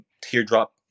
teardrop